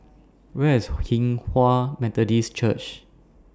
Where IS Hinghwa Methodist Church